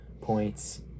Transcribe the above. points